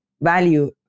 value